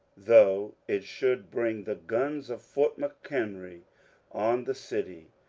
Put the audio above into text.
though it should bring the guns of fort mchenry on the city.